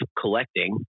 collecting